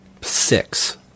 six